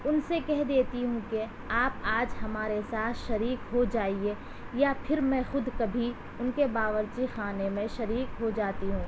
ان سے کہہ دیتی ہوں کہ آپ آج ہمارے ساتھ شریک ہو جائیے یا پھر میں خود کبھی ان کے باورچی خانے میں شریک ہو جاتی ہوں